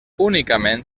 únicament